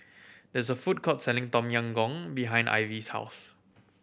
there is a food court selling Tom Yam Goong behind Ivey's house